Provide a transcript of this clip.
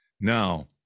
Now